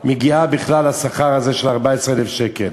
מגיעה בכלל לשכר הזה של 14,000 שקל.